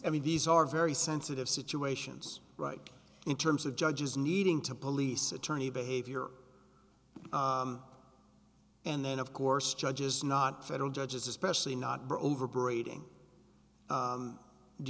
i mean these are very sensitive situations right in terms of judges needing to police attorney behavior and then of course judges not federal judges especially not broker braiding